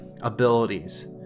Abilities